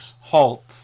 halt